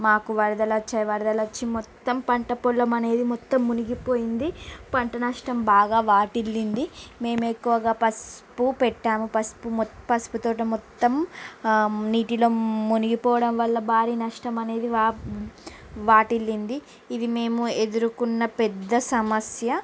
మాకు వరదలు వచ్చాయి వరదలు వచ్చి మొత్తం పంట పొలం అనేది మొత్తం మునిగిపోయింది పంట నష్టం బాగా వాటిల్లింది మేము ఎక్కువగా పసుపు పెట్టాము పసుపు మొత్తం పసుపు తోట మొత్తం నీటిలో మునిగిపోవడం వల్ల భారీ నష్టం అనేది వా వాటిల్లింది ఇది మేము ఎదుర్కున్నపెద్ద సమస్య